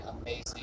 amazing